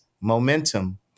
momentum